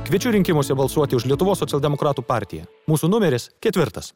kviečiu rinkimuose balsuoti už lietuvos socialdemokratų partiją mūsų numeris ketvirtas